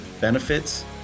benefits